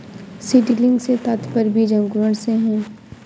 seedling से तात्पर्य बीज अंकुरण से है